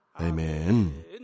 Amen